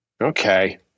Okay